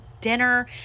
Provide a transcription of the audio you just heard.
dinner